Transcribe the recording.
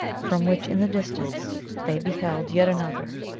from which in the distance they beheld yet another,